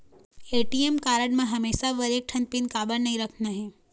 ATM card म हमेशा बर एक ठन पिन काबर नई रखना हे?